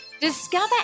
Discover